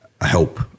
help